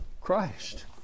Christ